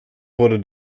wurde